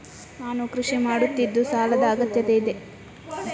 ನಾನು ಕೃಷಿ ಮಾಡುತ್ತಿದ್ದು ಸಾಲದ ಅಗತ್ಯತೆ ಇದೆ?